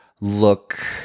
look